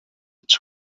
its